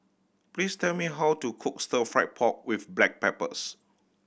please tell me how to cook Stir Fry pork with black peppers